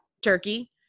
turkey